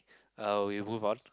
uh we move on